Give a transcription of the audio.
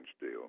deal